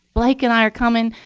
blake and i are coming.